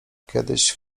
kiedyś